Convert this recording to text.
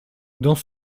dans